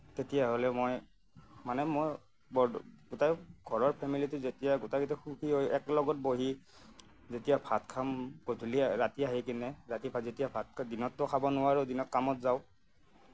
তেতিয়াহ'লে মই মানে মই বৰদেউতাৰ ঘৰৰ ফেমিলিটো যেতিয়া গোটেইটো সুখী হৈ একেলগত বহি যেতিয়া ভাত খাম গধূলি ৰাতি আহি কিনে দিনততো খাব নোৱাৰোঁ দিনত কামত যাওঁ